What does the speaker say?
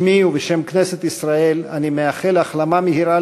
בשמי ובשם כנסת ישראל אני מאחל החלמה מהירה